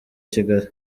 kigali